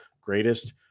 greatest